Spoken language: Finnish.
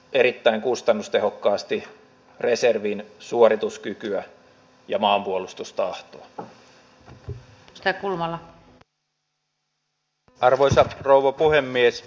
joskus pitäisi katsoa sitä malkaa omastakin silmästä edustaja arhinmäki